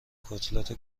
کتلت